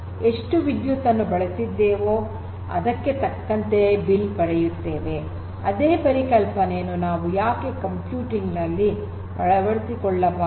ಎಷ್ಟು ವಿದ್ಯುತ್ ಅನ್ನು ಬಳಸಿಕೊಂಡಿದ್ದೇವೋ ಅದಕ್ಕೆ ತಕ್ಕಂತೆ ಬಿಲ್ ಪಡೆಯುತ್ತೇವೆ ಅದೇ ಪರಿಕಲ್ಪನೆಯನ್ನು ನಾವು ಯಾಕೆ ಕಂಪ್ಯೂಟಿಂಗ್ ನಲ್ಲಿ ಅಳವಡಿಸಿಕೊಳ್ಳಬಾರದು